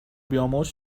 بیامرز